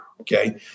Okay